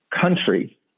country